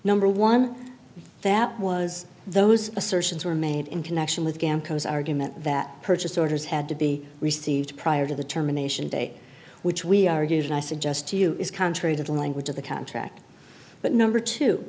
number one that was those assertions were made in connection with dan coats argument that purchase orders had to be received prior to the terminations day which we argued and i suggest to you is contrary to the language of the contract but number two